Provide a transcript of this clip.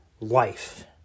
life